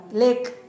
lake